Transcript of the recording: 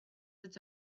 its